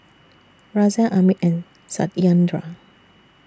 Razia Amit and Satyendra